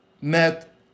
met